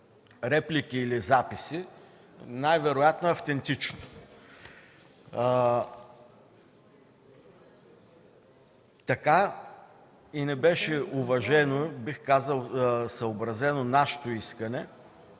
реплики или записи, най-вероятно е автентично. Така и не беше уважено, бих казал, съобразено нашето искане